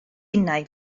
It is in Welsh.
innau